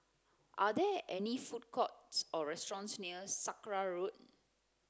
are there any food courts or restaurants near Sakra Road